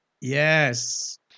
yes